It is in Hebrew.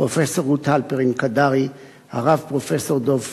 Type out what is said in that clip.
פרופסור רות הלפרין-קדרי, הרב פרופסור דב פרימר,